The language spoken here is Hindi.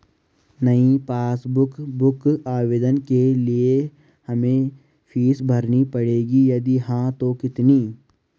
नयी पासबुक बुक आवेदन के लिए क्या हमें फीस भरनी पड़ेगी यदि हाँ तो कितनी?